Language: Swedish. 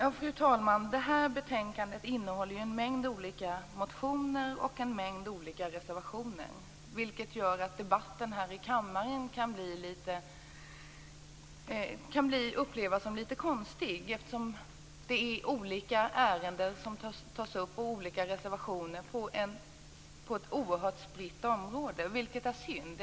Fru talman! Betänkandet innehåller en mängd olika motioner och reservationer. Det gör att debatten här i kammaren kan upplevas som litet konstig. Olika ärenden och reservationer inom ett oerhört spritt område tas upp. Det är synd.